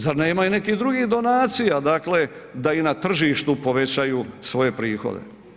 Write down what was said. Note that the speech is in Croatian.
Zar nemaju nekih drugih donacija da i na tržištu povećaju svoje prihode?